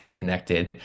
connected